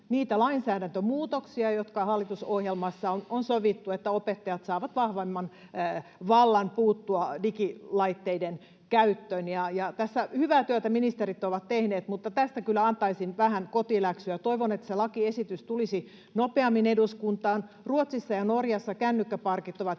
niitä lainsäädäntömuutoksia, jotka hallitusohjelmassa on sovittu, että opettajat saavat vahvemman vallan puuttua digilaitteiden käyttöön. Hyvää työtä ministerit ovat tehneet, mutta tästä kyllä antaisin vähän kotiläksyä. Toivon, että se lakiesitys tulisi nopeammin eduskuntaan. Ruotsissa ja Norjassa kännykkäparkit ovat